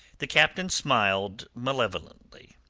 the captain smiled malevolently.